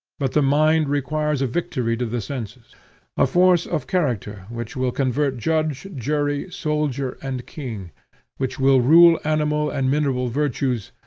but the mind requires a victory to the senses a force of character which will convert judge, jury, soldier, and king which will rule animal and mineral virtues,